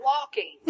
walking